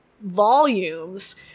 volumes